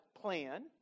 plan